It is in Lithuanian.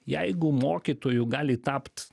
jeigu mokytoju gali tapt